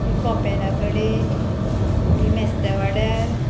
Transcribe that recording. मागीर कोपेला कडी मागीर मेस्तवाड्यार